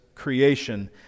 creation